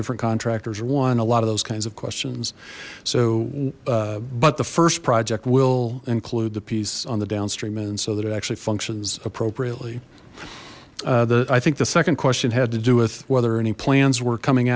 different contractors one a lot of those kinds of questions so but the first project will include the piece on the downstream end so that it actually functions appropriately the i think the second question had to do with whether or any plans were coming